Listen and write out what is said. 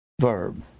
verb